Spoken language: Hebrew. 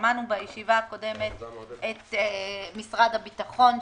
שמענו בישיבה הקודמת את משרד הביטחון,